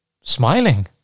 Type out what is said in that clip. smiling